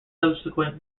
subsequent